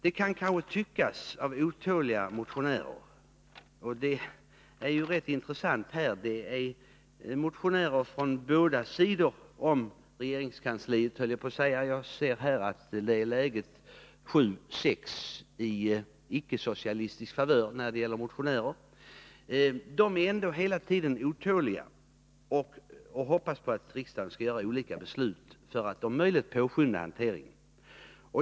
Det är gott om otåliga motionärer, och det är rätt intressant att de kommer från båda sidor om regeringskansliet; jag ser att läget är 7-6 i icke-socialistisk favör. De är ändå hela tiden otåliga och hoppas att riksdagen skall fatta olika beslut för att om möjligt påskynda hanteringen.